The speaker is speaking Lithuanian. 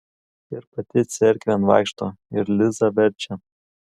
ir pati cerkvėn vaikšto ir lizą verčia